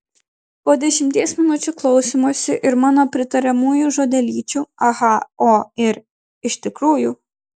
po dešimties minučių klausymosi ir mano pritariamųjų žodelyčių aha o ir iš tikrųjų